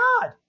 God